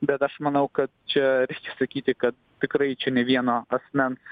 bet aš manau kad čia reikia sakyti kad tikrai čia ne vieno asmens